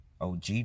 OG